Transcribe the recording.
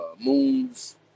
moons